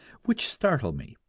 which startle me.